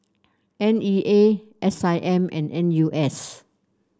N E A S I M and N U S